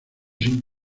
sin